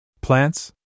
Plants